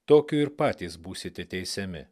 tokiu ir patys būsite teisiami